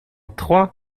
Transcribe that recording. trois